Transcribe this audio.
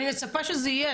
אני מצפה שזה יהיה,